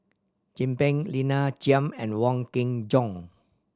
Chin Peng Lina Chiam and Wong Kin Jong